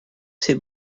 ses